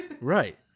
Right